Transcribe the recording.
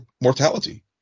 mortality